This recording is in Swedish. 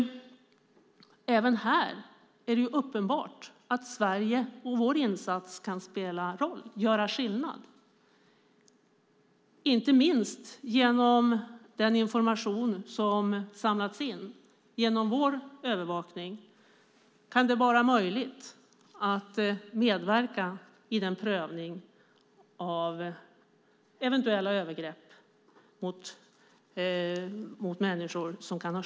Även här är det uppenbart att Sverige och vår insats kan spela roll och göra skillnad. Inte minst genom den information som har samlats in genom vår övervakning kan det vara möjligt att medverka i prövningen av eventuella övergrepp mot människor i Libyen.